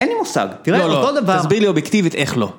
אין לי מושג, תראה, לכל דבר... לא, לא, תסביר לי אובייקטיבית איך לא.